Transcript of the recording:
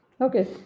Okay